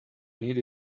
need